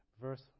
verse